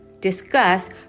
discuss